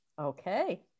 Okay